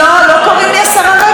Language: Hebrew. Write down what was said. עם מה אני אלך לפריימריז?